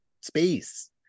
space